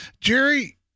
Jerry